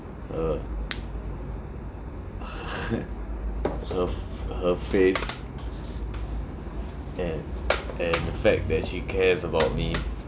uh uh her f~ her face and and the fact that she cares about me